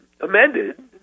amended